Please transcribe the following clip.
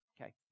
Okay